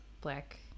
black